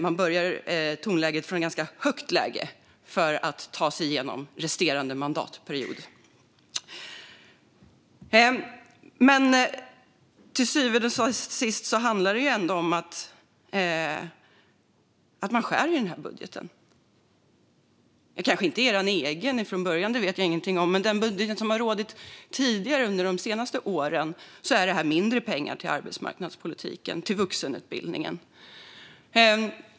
Man börjar i ett ganska högt tonläge och ska ta sig igenom resterande mandatperiod. Till syvende och sist handlar det ändå om att man gör nedskärningar i den här budgeten. Den kanske inte är er egen från början - det vet jag ingenting om - men jämfört med budgeten som gällt de senaste åren är det mindre pengar till arbetsmarknadspolitiken och vuxenutbildningen.